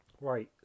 Right